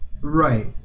Right